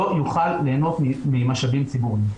לא יוכל ליהנות ממשאבים ציבוריים.